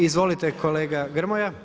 Izvolite kolega Grmoja.